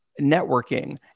networking